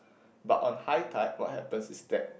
but on high tide what happens is that